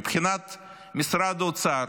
מבחינת משרד האוצר,